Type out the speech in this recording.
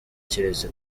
keretse